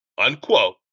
unquote